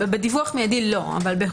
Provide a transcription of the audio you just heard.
מידי לא.